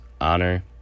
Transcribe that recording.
Honor